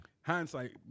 hindsight